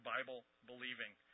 Bible-believing